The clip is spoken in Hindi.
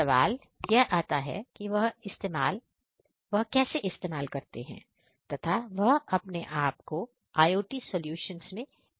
सवाल यह आता है कि वह कैसे इस्तेमाल करते हैं तथा वह अपने आप को आए IOT सॉल्यूशंस में कैसे कन्वर्ट करते हैं